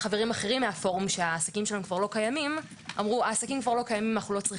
נציג הפורום שהגיע למשרד אמר שאין טעם לפרסם קול קורא כי לא רלוונטי.